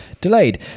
delayed